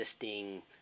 existing